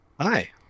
Hi